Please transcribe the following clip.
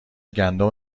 گندم